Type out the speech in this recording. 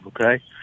okay